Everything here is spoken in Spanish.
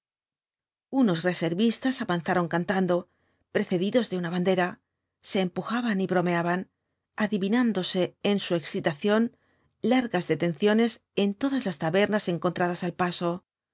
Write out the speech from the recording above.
unos reservistas avanzaron cantando precedidos de una bandera se empujaban y bromeaban adivinándose en su excitación largas detenciones en todas las tabernas encontradas al paso